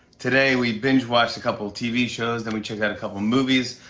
today, we binge watched a couple tv shows, then we checked out a couple movies,